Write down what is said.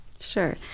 sure